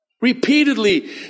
repeatedly